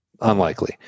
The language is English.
Unlikely